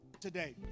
today